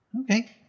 Okay